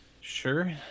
Sure